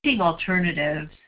alternatives